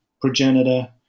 progenitor